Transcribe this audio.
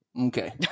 Okay